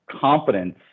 confidence